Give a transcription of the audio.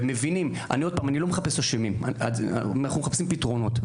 אני לא מחפש אשמים, אנחנו רוצים פתרונות.